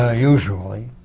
ah usually,